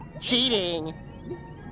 cheating